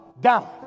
down